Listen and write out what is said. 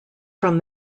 from